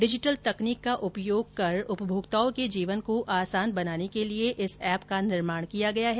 digital तकनीक का उपयोग कर उपभोक्ताओं के जीवन को आसान बनाने के लिए इस एप का निर्माण किया गया है